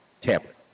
tablet